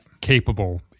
capable